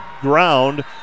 ground